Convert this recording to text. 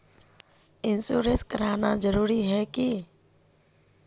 Insurance कराना जरूरी ही है की?